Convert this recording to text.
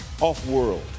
Off-world